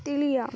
ਟੀਲੀਆ